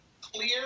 clear